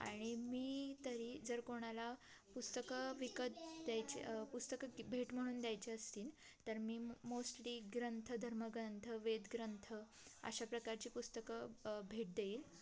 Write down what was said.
आणि मी तरी जर कोणाला पुस्तकं विकत द्यायचे पुस्तकं भेट म्हणून द्यायचे असतील तर मी मोस्टली ग्रंथ धर्मग्रंथ वेदग्रंथ अशा प्रकारची पुस्तकं भेट देईल